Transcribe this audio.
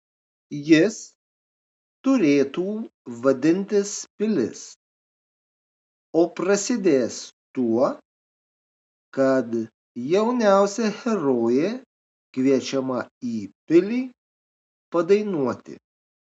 jis turėtų vadintis pilis o prasidės tuo kad jauniausia herojė kviečiama į pilį padainuoti